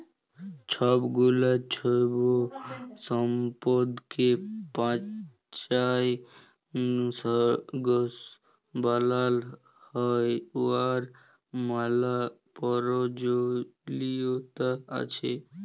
ছবগুলা জৈব সম্পদকে পঁচায় গ্যাস বালাল হ্যয় উয়ার ম্যালা পরয়োজলিয়তা আছে